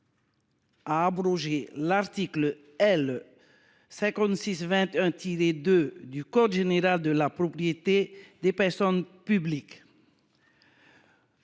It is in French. à abroger l’article L. 5621 2 du code général de la propriété des personnes publiques.